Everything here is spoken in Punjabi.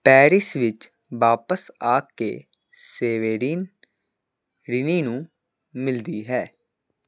ਪੈਰਿਸ ਵਿੱਚ ਵਾਪਸ ਆ ਕੇ ਸੇਵੇਰੀਨ ਰੀਨੀ ਨੂੰ ਮਿਲਦੀ ਹੈ